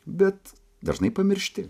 bet dažnai pamiršti